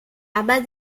aber